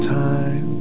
time